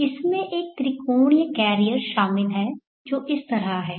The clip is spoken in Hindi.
तो इसमें एक त्रिकोणीय कैरियर शामिल है जो इस तरह है